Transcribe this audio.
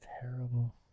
terrible